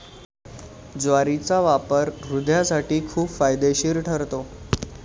ज्वारीचा वापर हृदयासाठी खूप फायदेशीर ठरतो